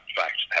fact